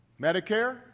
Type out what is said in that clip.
Medicare